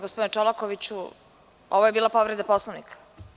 Gospodine Čolakoviću, ovo je bila povreda Poslovnika.